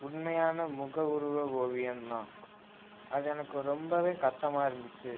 உண்மையான முக உருவ ஓவியம் தான் அது எனக்கு ரொம்பவே கஷ்டமாக இருந்துச்சு